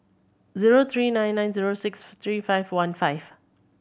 zero three nine nine zero six three five one five